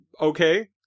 okay